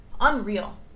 unreal